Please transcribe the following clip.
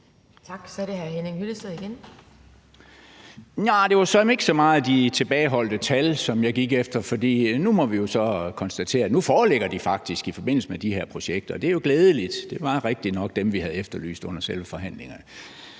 igen. Kl. 15:17 Henning Hyllested (EL): Det var såmænd ikke så meget de tilbageholdte tal, som jeg gik efter, for nu må vi jo konstatere, at de faktisk foreligger i forbindelse med de her projekter, og det er glædeligt. Det var jo rigtignok dem, vi efterlyste under selve forhandlingerne.